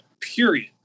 period